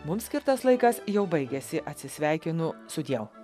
mums skirtas laikas jau baigiasi atsisveikinu sudieu